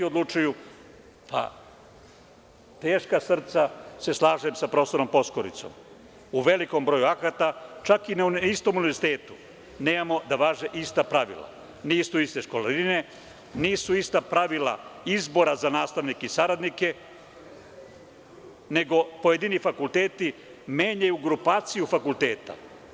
Teška srca se slažem sa profesorom Poskuricom, u velikom broju akata čak i na istom univerzitetu nemamo da važe ista pravila, nisu iste školarine, nisu ista pravila izbora za nastavnike i saradnike, nego pojedini fakulteti menjaju grupaciju fakulteta.